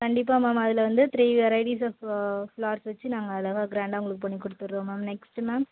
கண்டிப்பாக மேம் அதில் வந்து த்ரீ வெரைட்டிஸ் ஆஃப் ஃப்ளார்ஸ் வச்சு நாங்கள் அழகாக க்ராண்டாக உங்களுக்கு பண்ணி கொடுத்துட்றோம் மேம் நெக்ஸ்ட்டு மேம்